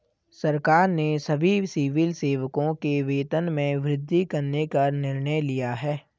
सरकार ने सभी सिविल सेवकों के वेतन में वृद्धि करने का निर्णय लिया है